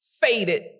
faded